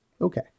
Okay